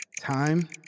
Time